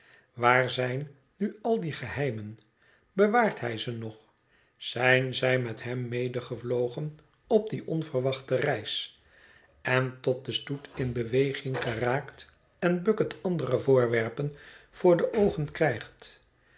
waar zijn nu al die geheimen bewaart hij ze nog zijn zij met hem medegevlogen op die onverwachte reis en tot de stoet in beweging geraakt en bucket andere voorwerpen voor de oogen krijgt